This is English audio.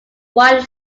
whyte